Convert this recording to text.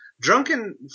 Drunken